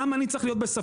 למה אני צריך להיות בספק,